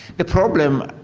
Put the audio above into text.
the problem